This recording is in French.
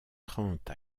trente